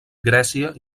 grècia